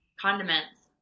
Condiments